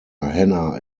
hannah